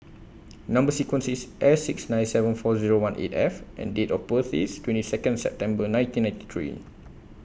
Number sequence IS S six nine seven four Zero one eight F and Date of birth IS twenty Second September nineteen ninety three